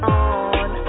on